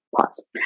Pause